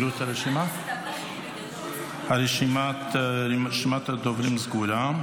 רשימת הדוברים סגורה.